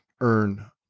earn